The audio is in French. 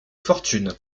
fortune